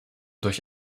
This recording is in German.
durch